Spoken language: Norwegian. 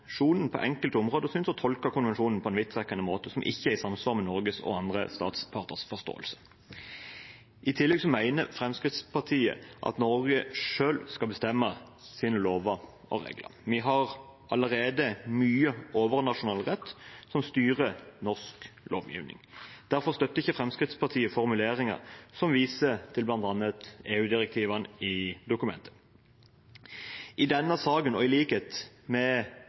på enkelte områder synes å tolke konvensjonen på en vidtrekkende måte som ikke er i samsvar med Norges og andre statsparters forståelse. I tillegg mener Fremskrittspartiet at Norge selv skal bestemme sine lover og regler. Vi har allerede mye overnasjonal rett som styrer norsk lovgivning. Derfor støtter ikke Fremskrittspartiet formuleringen som viser til bl.a. EU-direktivene i dokumentet. I denne saken, i likhet med